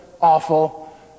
awful